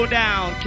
down